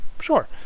sure